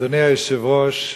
אדוני היושב-ראש,